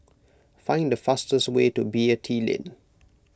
find the fastest way to Beatty Lane